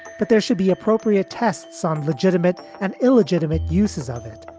but there should be appropriate tests on legitimate and illegitimate uses of it,